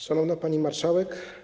Szanowna Pani Marszałek!